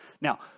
Now